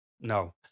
No